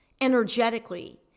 energetically